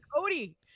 Cody